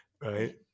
Right